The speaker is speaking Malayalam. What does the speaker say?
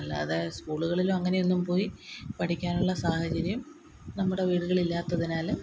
അല്ലാതെ സ്കൂളുകളിലും അങ്ങനെയൊന്നും പോയി പഠിക്കാനുള്ള സാഹചര്യം നമ്മുടെ വീടുകളില്ലാത്തതിനാല്